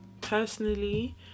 personally